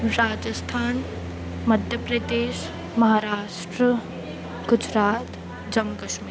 Rajasthan Madhya Pradesh Maharashtra Gujarat Jammu Kashmir